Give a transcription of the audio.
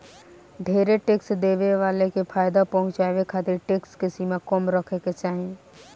ढेरे टैक्स देवे वाला के फायदा पहुचावे खातिर टैक्स के सीमा कम रखे के चाहीं